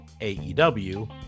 AEW